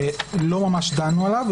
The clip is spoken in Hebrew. לא ממש דנו עליו,